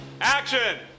action